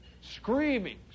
screaming